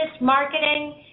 marketing